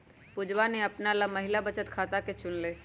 पुजवा ने अपना ला महिला बचत खाता के चुन लय